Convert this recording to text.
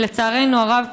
ולצערנו הרב,